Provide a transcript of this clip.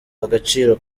agaciro